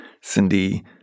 Cindy